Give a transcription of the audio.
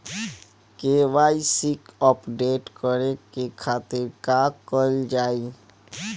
KYC update करे के खातिर का कइल जाइ?